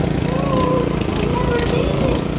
no, i never did,